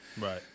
Right